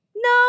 No